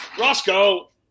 Roscoe